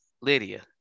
Lydia